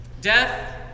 death